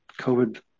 COVID